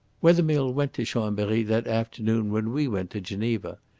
wethermill went to chambery that afternoon when we went to geneva.